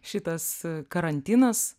šitas karantinas